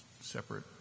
separate